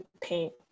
paint